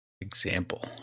Example